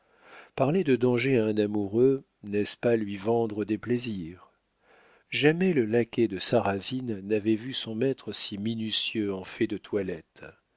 parler de danger à un amoureux n'est-ce pas lui vendre des plaisirs jamais le laquais de sarrasine n'avait vu son maître si minutieux en fait de toilette